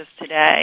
today